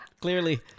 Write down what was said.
clearly